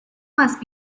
must